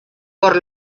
por